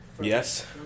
Yes